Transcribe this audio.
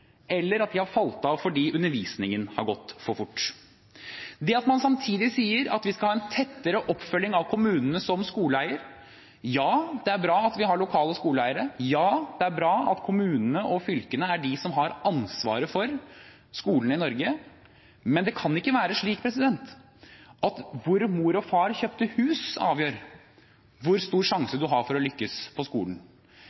eller at de har falt av fordi undervisningen har gått for fort. Samtidig sier man at vi skal ha en tettere oppfølging av kommunene som skoleeier. Ja det er bra at vi har lokale skoleeiere, ja det er bra at kommunene og fylkene er de som har ansvaret for skolene i Norge, men det kan ikke være slik at hvor mor og far kjøpte hus, avgjør hvor stor sjanse